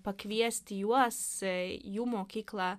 pakviesti juos jų mokyklą